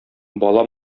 бала